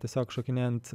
tiesiog šokinėjant